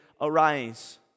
arise